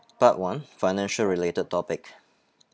part one financial related topic